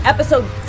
Episode